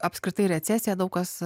apskritai recesiją daug kas